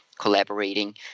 collaborating